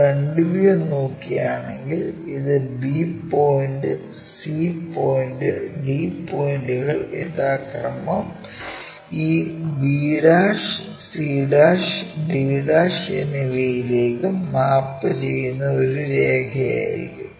front view നോക്കുകയാണെങ്കിൽ ഇത് b point c point d പോയിൻറുകൾ യഥാക്രമം ഈ b'c'd' എന്നിവയിലേക്ക് മാപ്പുചെയ്യുന്ന ഒരു രേഖയായിരിക്കും